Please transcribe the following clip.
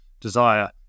desire